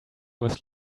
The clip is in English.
was